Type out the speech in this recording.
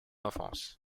enfance